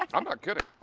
um i'm not kidding.